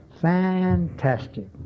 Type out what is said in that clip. Fantastic